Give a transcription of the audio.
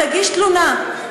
תגיש תלונה.